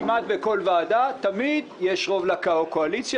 כמעט בכל ועדה תמיד יש רוב לקואליציה